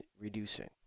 reducing